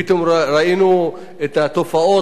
פתאום ראינו את התופעות,